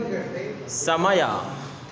ಸಮಯ